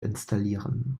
installieren